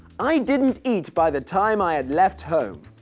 i didn't eat by the time i had left home.